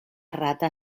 rata